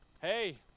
hey